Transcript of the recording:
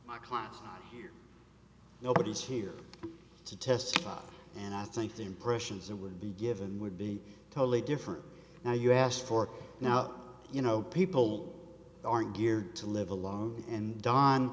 my class here nobody is here to testify and i think the impressions that would be given would be totally different now you asked for now you know people are geared to live alone and don